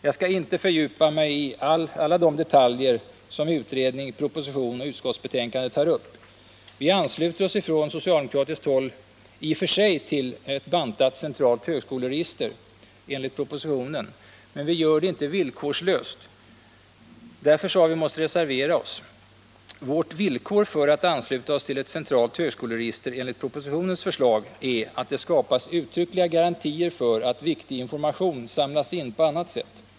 Jag skall inte fördjupa mig i alla de detaljer som utredning, proposition och utskottsbetänkande tar upp. Vi ansluter oss från socialdemokratiskt håll i och för sig till ett bantat centralt högskoleregister enligt propositionen. Men vi gör det inte villkorslöst. Därför har vi måst reservera oss. Vårt villkor för att vi skall ansluta oss till ett centralt högskoleregister enligt propositionens förslag är att det skapas uttryckliga garantier för att viktig information samlas in på annat sätt.